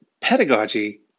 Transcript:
pedagogy